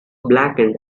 blackened